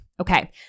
Okay